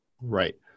Right